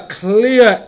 clear